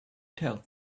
tell